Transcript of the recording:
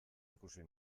ikusi